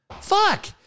Fuck